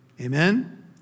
Amen